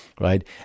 right